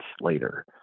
later